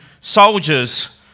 soldiers